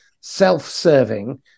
self-serving